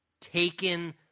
taken